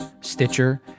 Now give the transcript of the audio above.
Stitcher